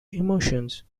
emotions